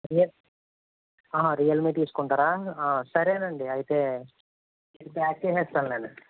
Realme తీసుకుంటారా సరేనండి అయితే నేను ప్యాక్ చేసేస్తానులెండి